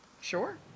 Sure